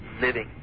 living